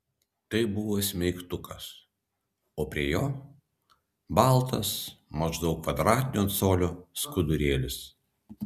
tai buvo smeigtukas o prie jo baltas maždaug kvadratinio colio skudurėlis